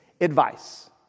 advice